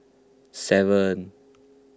seven